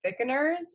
thickeners